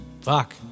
fuck